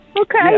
okay